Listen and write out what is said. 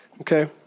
Okay